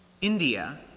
India